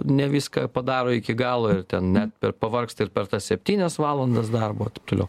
ne viską padaro iki galo ir ten net per pavargsta per tas septynias valandas darbo taip toliau